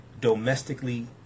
domestically